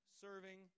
serving